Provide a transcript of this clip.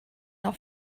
auch